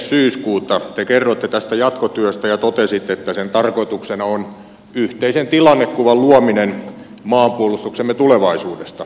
syyskuuta te kerroitte tästä jatkotyöstä ja totesitte että sen tarkoituksena on yhteisen tilannekuvan luominen maanpuolustuksemme tulevaisuudesta